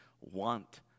want